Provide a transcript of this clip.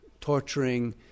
torturing